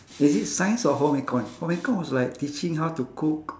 is it science or home econ home econ was like teaching how to cook